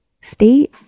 state